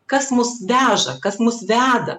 kas mus veža kas mus veda